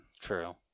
true